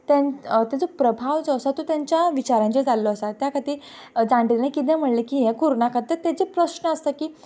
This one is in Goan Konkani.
तें ताजो प्रभाव जो आसा तो तांच्या विचारांचेर जाल्लो आसा त्या खातीर जाणटेली किदें म्हणलें की हें करूं नाकात की ताजो प्रश्न आसा की